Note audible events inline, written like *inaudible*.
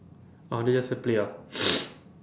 ah then just play ah *noise*